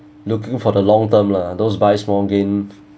looking for the long term lah those buy small gain